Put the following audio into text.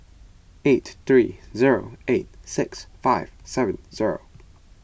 eight three zero eight six five seven zero